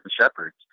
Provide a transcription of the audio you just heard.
Shepherds